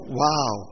wow